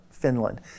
Finland